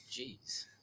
Jeez